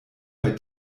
bei